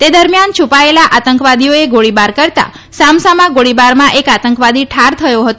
તે દરમિયાન છુપાયેલા આતંકવાદીઓએ ગોળીબાર કરતા સામસામા ગોળીબારમાં એક આતંકવાદી ઠાર થયો હતો